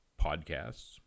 podcasts